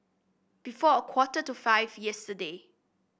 before a quarter to five yesterday